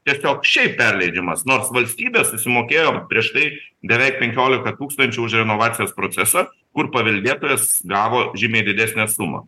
tiesiog šiaip perleidžiamas nors valstybė susimokėjo prieš tai beveik penkiolika tūkstančių už renovacijos procesą kur paveldėtojas gavo žymiai didesnę sumą